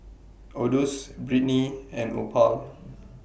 Odus Britny and Opal